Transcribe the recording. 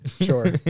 Sure